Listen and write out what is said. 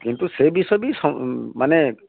କିନ୍ତୁ ସେ ବିଷ ବି ମାନେ